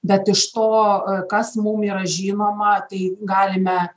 bet iš to kas mum yra žinoma tai galime